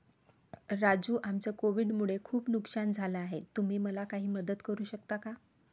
राजू आमचं कोविड मुळे खूप नुकसान झालं आहे तुम्ही मला काही मदत करू शकता का?